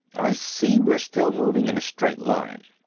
i see we're still moving in a straight line.